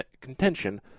contention